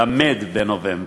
למֵד בנובמבר,